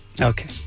Okay